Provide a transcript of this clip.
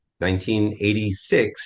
1986